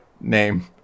name